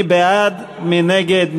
מי בעד, מי נגד?